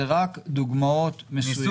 אלו רק דוגמאות מסוימות.